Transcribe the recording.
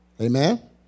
Amen